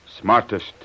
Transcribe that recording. Smartest